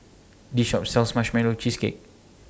This Shop sells Marshmallow Cheesecake